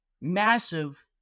massive